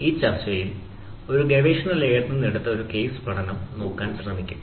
ഈ ചർച്ചയിൽ ഒരു ഗവേഷണ ലേഖനത്തിൽ നിന്ന് എടുത്ത ഒരു കേസ് പഠനം നോക്കാൻ ശ്രമിക്കും